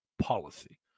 policy